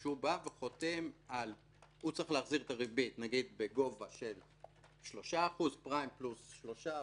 שהוא צריך להחזיר את הריבית נגיד בגובה של פריים פלוס 3%,